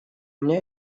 меня